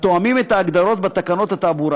התואמים את ההגדרות בתקנות התעבורה.